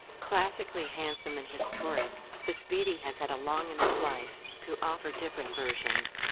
classically handsome and historic, the speedy has had a long enough life to offer different versions.